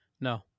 No